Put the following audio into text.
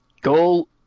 Goal